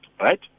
right